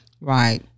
Right